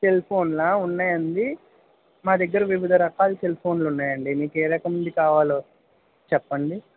సెల్ఫోన్లా ఉన్నాయండి మా దగ్గర వివిధ రకాల సెల్ఫోన్లున్నాయండి మీకు ఏ రకమైనది కావాలో చెప్పండి